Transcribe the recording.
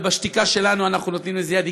ובשתיקה שלנו אנחנו נותנים לזה יד.